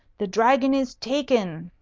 the dragon is taken.